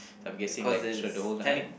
s~ I'm guessing like throughout the whole I mean